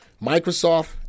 Microsoft